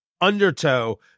undertow